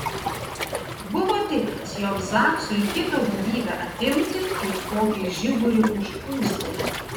buvo tikras jog zaksui kito gyvybę atimti kaip kokį žiburį užpūsti